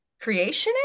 creationist